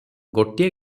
ଗୋଟିଏ